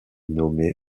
nommée